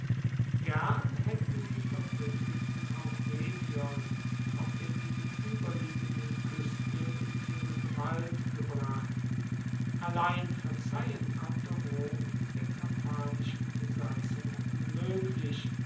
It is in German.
gern haetten die verbuendeten auch rhegion auf der gegenueberliegenden kueste in ihre gewalt gebracht allein verzeihen konnte rom der kampanischen besatzung unmoeglich